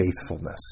faithfulness